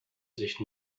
sich